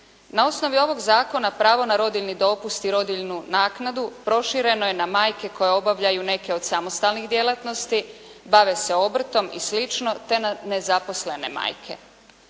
Na ovnovi ovog zakona, pravo na rodiljni dopust i rodiljnu naknadu, prošireno je na majke koje obavljaju neke od samostalnih djelatnosti, bave se obrtom i slično, te na nezaposlene majke.